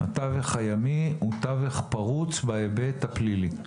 התווך הימי הוא תווך פרוץ בהיבט הפלילי.